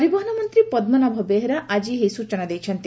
ପରିବହନ ମନ୍ତୀ ପଦ୍ମନାଭ ବେହେରା ଆକି ଏହି ସ୍ଚନା ଦେଇଛନ୍ତି